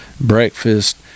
breakfast